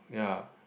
ya